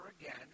again